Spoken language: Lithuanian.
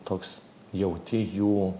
toks jauti jų